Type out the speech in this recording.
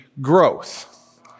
growth